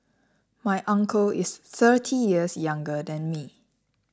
my uncle is thirty years younger than me